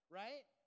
right